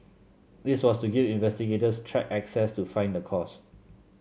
this was to give investigators track access to find the cause